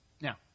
Now